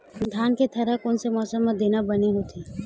धान के थरहा कोन से मौसम म देना बने होही?